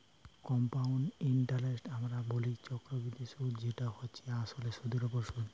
compound ইন্টারেস্টকে আমরা বলি চক্রবৃদ্ধি সুধ যেটা হচ্ছে আসলে সুধের ওপর সুধ